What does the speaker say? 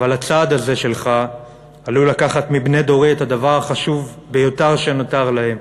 אבל הצעד הזה שלך עלול לקחת מבני דורי את הדבר החשוב ביותר שנותר להם,